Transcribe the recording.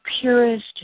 purest